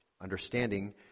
understanding